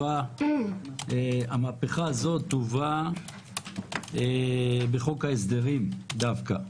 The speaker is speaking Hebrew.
שהמהפכה הזאת תובא בחוק ההסדרים דווקא,